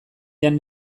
jan